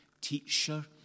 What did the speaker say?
teacher